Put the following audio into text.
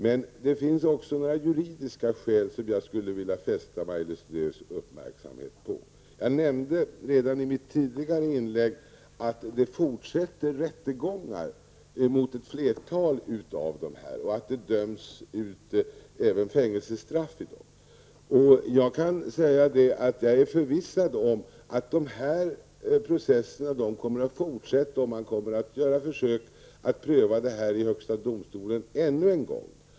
Men det finns också några juridiska skäl, som jag skulle vilja fästa Maj-Lis Lööws uppmärksamhet på. Jag nämnde redan i mitt tidigare inlägg att det fortsätter rättegångar mot ett flertal av dessa människor och att det döms ut även fängelsestraff i dag. Jag kan säga att jag är förvissad att de här processerna kommer att fortsätta och att man kommer att försöka få till stånd prövning i högsta domstolen ännu en gång.